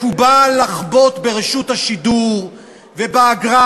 מקובל לחבוט ברשות השידור ובאגרה,